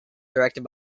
directed